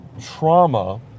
Trauma